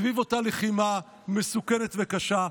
סביב אותה לחימה מסוכנת וקשה,